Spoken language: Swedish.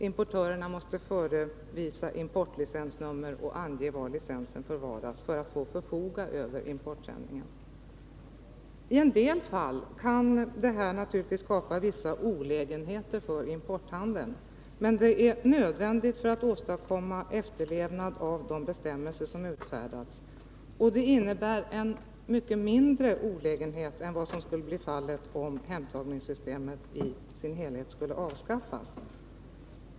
Importörerna måste visa upp importlicensnumret och ange var licensen förvaras för att få förfoga över importsändningarna. I en del fall kan detta naturligtvis skapa vissa olägenheter för importhandeln. Men det är nödvändigt för att åstadkomma efterlevnad av de bestämmelser som utfärdas. Detta innebär en mycket mindre olägenhet än vad som skulle bli fallet om hemtagningssystemet i sin helhet skulle avskaffas.